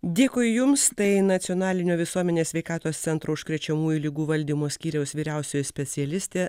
dėkui jums tai nacionalinio visuomenės sveikatos centro užkrečiamųjų ligų valdymo skyriaus vyriausioji specialistė